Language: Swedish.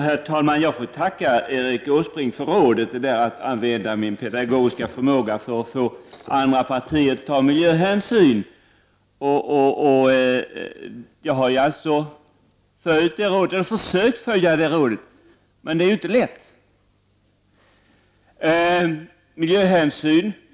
Herr talman! Jag får tacka Erik Åsbrink för rådet att använda min pedagogiska förmåga för att få andra partier att ta miljöhänsyn. Jag har försökt följa det rådet, men det är inte lätt.